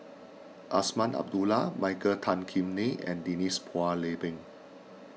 Azman Abdullah Michael Tan Kim Nei and Denise Phua Lay Peng